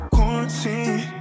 Quarantine